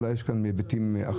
אולי יש כאן היבטים אחרים.